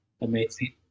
amazing